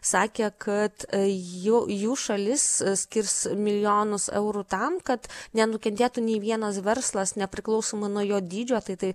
sakė kad jų jų šalis skirs milijonus eurų tam kad nenukentėtų nei vienas verslas nepriklausomai nuo jo dydžio tai tai